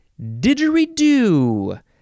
Didgeridoo